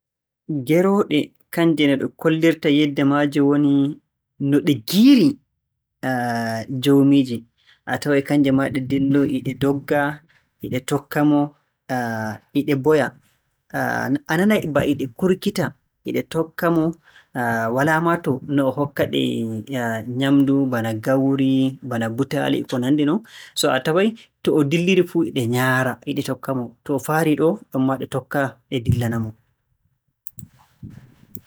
Gerooɗe kannje no ɗe kollirta yiɗde maaje woni, no ɗe ngi'iri jowmiije, a taway kannje maa ɗe ndilloway e ɗe ndogga e ɗe tokka-mo e ɗe mboya, a nanay bana e ɗe kurkita, e ɗe tokka-mo. Walaa bana to no o hokka-ɗe nyaamndu bana gawri, bana butaali e ko nanndi non. So a taway to o dilliri fuu e ɗe nyaara e ɗe tokka-mo. To o fahri ɗoo ɗonmaa ɗe nyaara ɗe tokka-mo.